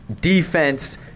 defense